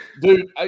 Dude